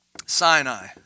Sinai